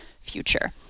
future